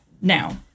now